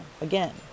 again